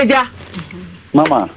Mama